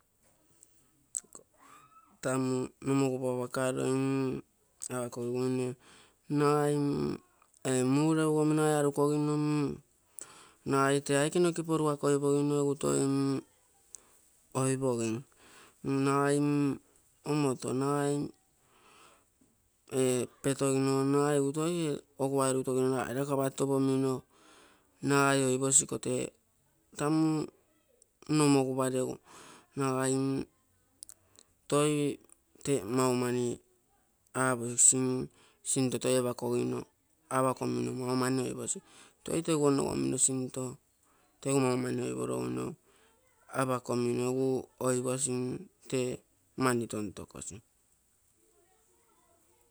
Tamu nomogupa apakogiguine nagai mm ee muregu omi nagai arukoginomm agai tee aike noke porugakoipogino egu toi mm oipogim, nagai mm omoto nagai mm ee petogimoinagai egu toioguai orutomino lakapatopomino nagai oiposi iko tee tamu nomogupa regu nagai mm aposi sinto toi apakomino maumani oiposi, toi tege onogomino tegu maumani apakomi egu ooiposi mm tee mani tontokosi.